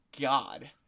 God